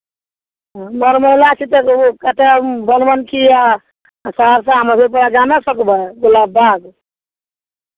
बरबौला छै कतय बनबनकी आ सहरसा मधेपुरा जा नहि सकबै गुलाब बाग